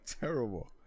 Terrible